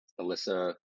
Alyssa